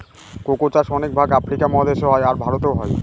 cocoa চাষ অনেক ভাগ আফ্রিকা মহাদেশে হয়, আর ভারতেও হয়